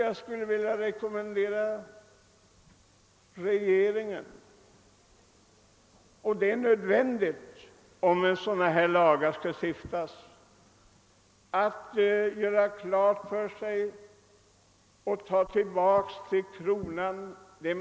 Jag skulle vilja rekommendera regeringen — och det är nödvändigt om sådana lagar skall stiftas — att till Kronan återföra vad den egentligen äger.